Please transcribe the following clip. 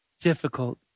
difficult